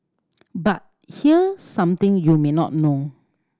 but here something you may not know